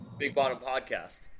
BigBottomPodcast